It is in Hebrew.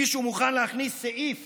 מישהו מוכן להכניס סעיף